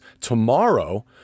tomorrow